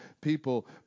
people